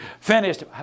finished